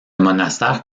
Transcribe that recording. monastère